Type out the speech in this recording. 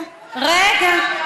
רגע.